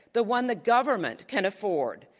the one that government can afford.